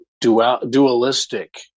dualistic